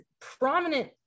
prominent